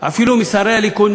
אפילו משרי הליכוד,